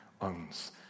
owns